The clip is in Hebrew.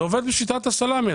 זה עובד בשיטת הסלמי.